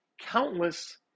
countless